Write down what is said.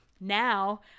Now